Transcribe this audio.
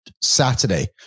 Saturday